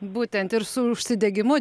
būtent ir su užsidegimu